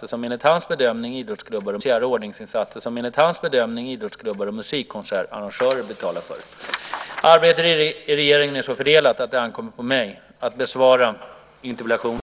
Herr talman! Gunnar Andrén har i en interpellation frågat vice statsminister Bosse Ringholm vilka polisiära ordningsinsatser som, enligt hans bedömning, idrottsklubbar och musikkonsertarrangörer bör betala för. Arbetet i regeringen är så fördelat att det ankommer på mig att besvara interpellationen.